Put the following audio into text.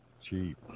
Cheap